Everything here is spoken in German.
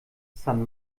san